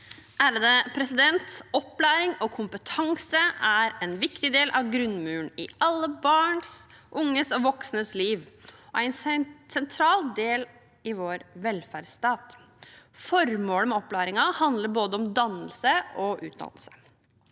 Strand (Sp) Opplæ- ring og kompetanse er en viktig del av grunnmuren i alle barns, unges og voksnes liv og en sentral del av vår velferdsstat. Formålet med opplæringen handler både om dannelse og om utdannelse.